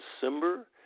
December